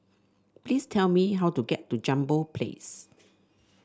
please tell me how to get to Jambol Place